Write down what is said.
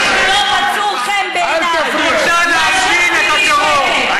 את רוצה להלבין פה את הטרור, בחייך.